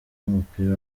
w’umupira